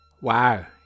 Wow